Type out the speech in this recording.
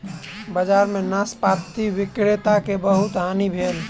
बजार में नाशपाती विक्रेता के बहुत हानि भेल